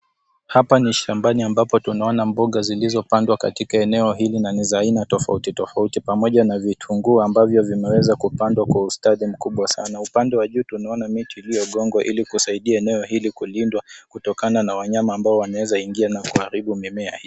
Hapa ni shambani ambapo tunaona mboga zilizopandwa katika eneo hili na ni za aina tofauti tofauti, pamoja na vitunguu ambavyo vimewezwa kupandwa kwa ustadhi mkubwa sana . Upande wa juu tunaona miti iliyogongwa ili kusaidia eneo hili kulindwa kutokana na wanyama wanaweza ingia na kuharibu mimea hii .